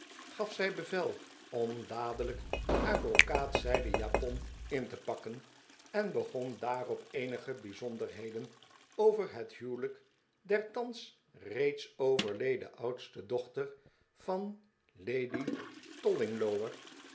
gaf zij bevel om dadelfjk haar brocaatzijden japon in te pakken en begon daarop eenige bijzonderheden over het huwelijk der thans reeds overleden oudste dochter van lady